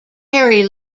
perry